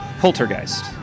Poltergeist